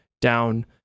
down